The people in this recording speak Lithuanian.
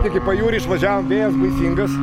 tik į pajūrį išvažiavom vėjas baisingas